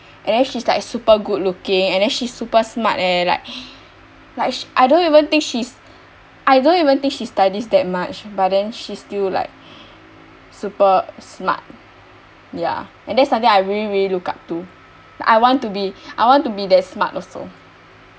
and then she's like super good looking and then she's super smart leh like like I don't even think she's I don't even think she studies that much but then she's still like super smart ya and that's something I really really look up to like I want to be I want to be that smart also